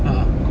a'ah